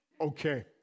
okay